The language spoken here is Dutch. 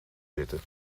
zitten